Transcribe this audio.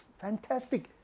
Fantastic